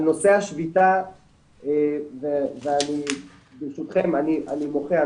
על נושא השביתה ואני ברשותכם אני מוחה,